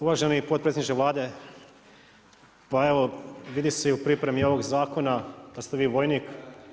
Uvaženi potpredsjedniče Vlade, pa evo vidi se i u pripremi ovog zakona da ste vi vojnik.